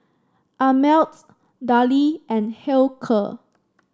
Ameltz Darlie and Hilker